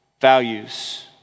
values